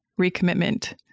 recommitment